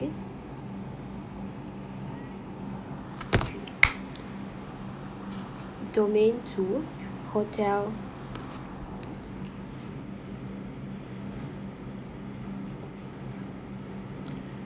domain two hotel